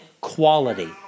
quality